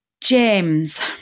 James